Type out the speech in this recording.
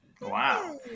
Wow